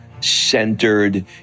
centered